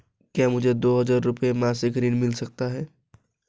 क्या मुझे दो हज़ार रुपये मासिक ऋण मिल सकता है?